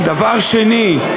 דבר שני,